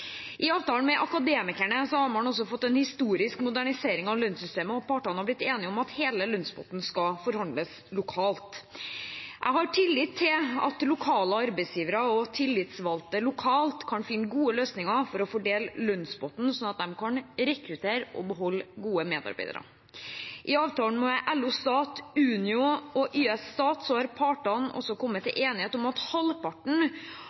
har blitt enige om at hele lønnspotten skal forhandles lokalt. Jeg har tillit til at lokale arbeidsgivere og tillitsvalgte lokalt kan finne gode løsninger for å fordele lønnspotten, sånn at de kan rekruttere og beholde gode medarbeidere. I avtalen med LO Stat, Unio og YS Stat er partene også kommet til enighet om at halvparten